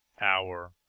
hour